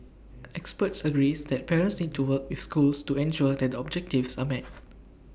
experts agrees that parents seem to work with schools to ensure that the objectives are met